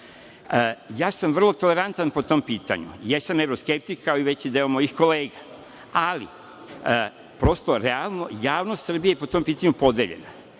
sam vrlo tolerantan po tom pitanju. Ja sam evroskeptik, kao i veći deo mojih kolega, ali prosto realno javnost Srbije je po tom pitanju podeljena.